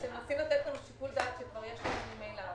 אתם מנסים לתת לנון שיקול דעת שיש לנו ממילא.